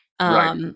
right